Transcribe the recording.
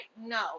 No